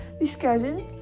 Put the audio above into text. discussion